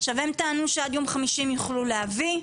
עכשיו הם טענו שעד יום חמישי הם יוכלו להביא,